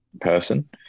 person